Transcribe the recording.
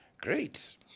Great